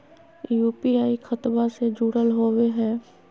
UPI खतबा से जुरल होवे हय?